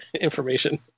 information